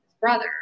brother